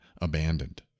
abandoned